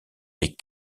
des